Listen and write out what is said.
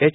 H